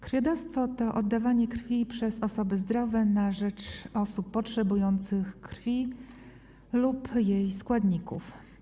Krwiodawstwo to oddawanie krwi przez osoby zdrowe na rzecz osób potrzebujących krwi lub jej składników.